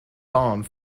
bomb